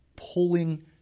pulling